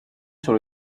sur